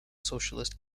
socialist